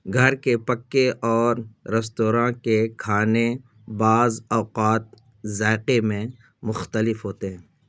گھر کے پکے اور ریستوراں کے کھانے بعض اوقات ذائقے میں مختلف ہوتے ہیں